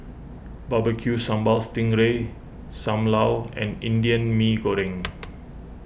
Barbecue Sambal Sting Ray Sam Lau and Indian Mee Goreng